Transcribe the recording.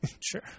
sure